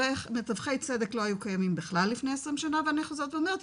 מתווכי צדק לא היו קיימים בכלל לפני 20 שנה ואני חוזרת ואומרת,